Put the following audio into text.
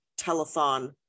telethon